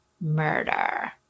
murder